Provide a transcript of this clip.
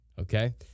Okay